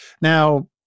Now